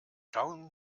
schauen